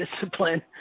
discipline